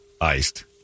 iced